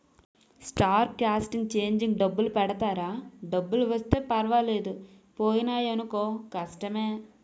star cast changing డబ్బులు పెడతారా డబ్బులు వస్తే పర్వాలేదు పోయినాయనుకో కష్టమే